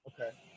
Okay